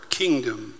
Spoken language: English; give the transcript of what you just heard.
kingdom